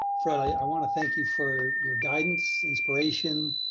fred, i wanna thank you for your guidance, inspiration,